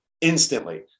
Instantly